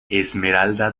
esmeralda